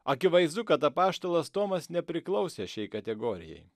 akivaizdu kad apaštalas tomas nepriklausė šiai kategorijai